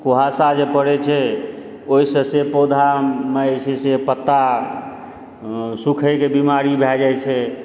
कुहासा जे पड़ै छै ओहिसँ से पौधामे जे छै से पत्ता सुखैके बीमारी भए जाइत छै